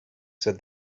said